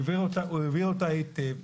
הוא העביר אותה היטב.